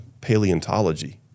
paleontology